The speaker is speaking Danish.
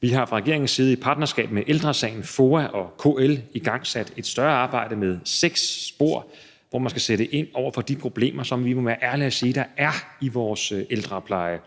Vi har fra regeringens side i et partnerskab med Ældre Sagen, FOA og KL igangsat et større arbejde med seks spor, hvor man skal sætte ind over for de problemer, som vi må være ærlige og sige at der er i vores ældrepleje.